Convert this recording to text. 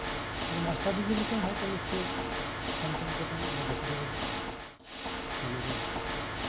master degree ᱞᱮᱠᱷᱟᱱ ᱦᱳᱭᱛᱳ ᱥᱟᱱᱛᱤᱱᱤᱠᱮᱛᱚᱱ ᱚᱱᱟ ᱵᱷᱤᱛᱨᱤ ᱨᱮᱜᱮ ᱠᱟᱹᱢᱤ ᱠᱚᱧ ᱧᱟᱢ ᱠᱮᱭᱟ